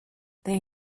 they